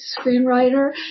screenwriter